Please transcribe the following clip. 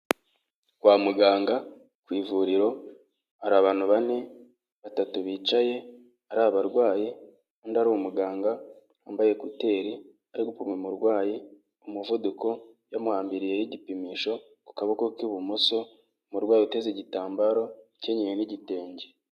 Kwa muganga ku ivuriro hari abantu bane batatu bicaye ari abarwayi, undi ari umuganga wambaye ekuteri ariko gupima umurwayi umuvuduko, yamuhambiriyeho igipimisho ku kaboko k'ibumoso. Umurwayi uteze igitambaro, ukenyeye n'igitenge.